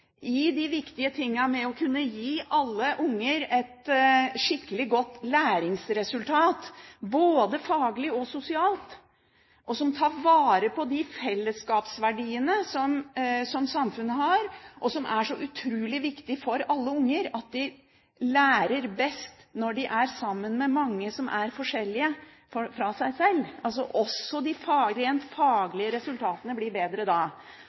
i de viktige tingene – med å kunne gi alle unger et skikkelig godt læringsresultat både faglig og sosialt, som tar vare på de fellesskapsverdiene som samfunnet har, og som er så utrolig viktig for alle unger, nemlig at de lærer best når de er sammen med mange som er forskjellig fra dem selv, altså at også de rent faglige resultatene blir bedre da.